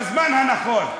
בזמן הנכון.